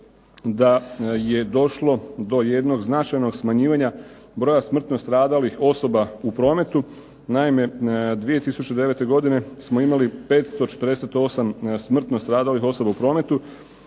da je došlo do jednog značajnog smanjivanja broja smrtno stradalih osoba u prometu. Naime, 2009. godine smo imali 548 smrtno stradalih osoba u prometu,